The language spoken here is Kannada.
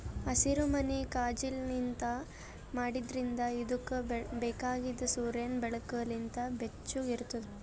ಹಸಿರುಮನಿ ಕಾಜಿನ್ಲಿಂತ್ ಮಾಡಿದ್ರಿಂದ್ ಇದುಕ್ ಬೇಕಾಗಿದ್ ಸೂರ್ಯನ್ ಬೆಳಕು ಲಿಂತ್ ಬೆಚ್ಚುಗ್ ಇರ್ತುದ್